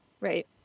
Right